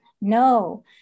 no